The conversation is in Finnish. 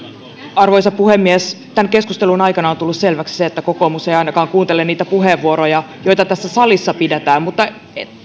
arvoisa puhemies tämän keskustelun aikana on tullut selväksi se että kokoomus ei ainakaan kuuntele niitä puheenvuoroja joita tässä salissa pidetään mutta